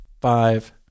five